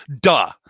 Duh